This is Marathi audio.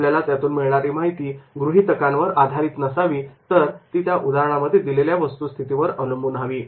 आपल्याला त्यातून मिळणारी माहिती गृहीतकांवर आधारित नसावी तर ती त्या उदाहरणांमध्ये दिलेल्या वस्तू स्थितीवर अवलंबून हवी